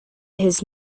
his